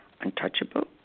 untouchable